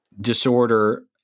disorder